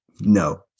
no